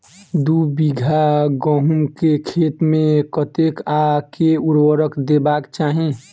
दु बीघा गहूम केँ खेत मे कतेक आ केँ उर्वरक देबाक चाहि?